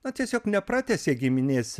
na tiesiog nepratęsia giminės